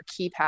keypad